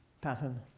pattern